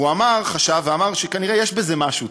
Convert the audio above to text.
והוא חשב ואמר שכנראה יש בזה משהו,